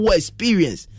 experience